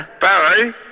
Barry